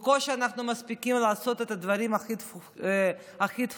אנחנו בקושי מספיקים לעשות את הדברים הכי דחופים.